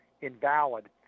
invalid